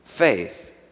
Faith